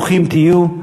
ברוכים תהיו.